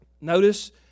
Notice